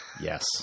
yes